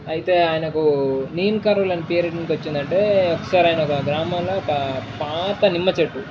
అయితే ఆయనకు నీమ్ కరోళీ అనే పేరు ఎందుకు వచ్చిందంటే ఒకసారి ఆయన ఒక గ్రామంలో పా పాత నిమ్మ చెట్టు